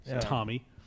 Tommy